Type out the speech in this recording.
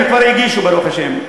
הם כבר הגישו, ברוך השם.